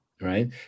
right